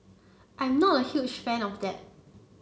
I'm not a huge fan of that